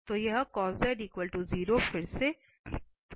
तो यह cos z 0 फिर से और यह 1 करने जा रहा है